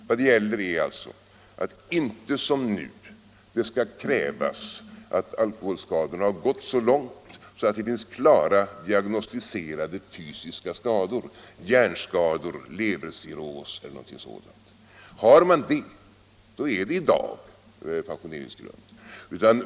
Vad det gäller är alltså att det inte som nu det skall krävas att alkoholskadorna har gått så långt att det finns klara diagnosticerade fysiska skador, hjärnskador, levercirrhos eller något sådant. Har man det är det redan i dag en pensioneringsgrund.